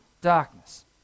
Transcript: darkness